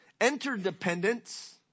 interdependence